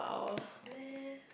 meh